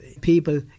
people